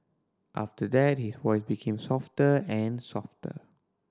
after that his voice became softer and softer